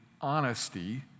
honesty